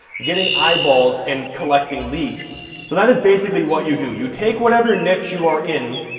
getting eyeballs and collecting leads. so that is basically what you do you take whatever niche you are in,